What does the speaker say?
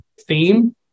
theme